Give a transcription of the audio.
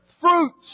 fruits